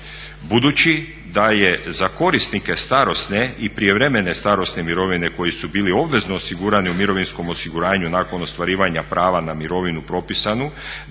budući da je za korisnike starosne i prijevremene starosne mirovine koji su bili obvezno osigurani u mirovinskom osiguranju nakon ostvarivanja prava na mirovinu propisanu